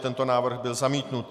Tento návrh byl zamítnut.